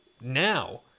now